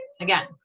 Again